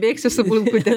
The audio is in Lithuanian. bėgsiu su bulkute